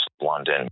London